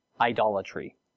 idolatry